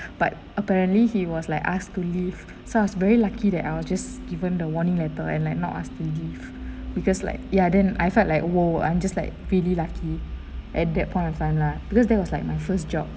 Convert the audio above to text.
but apparently he was like asked to leave so I was very lucky that I was just given the warning letter and like not ask to leave because like ya then I felt like !whoa! I'm just like really lucky at that point of time lah because that was like my first job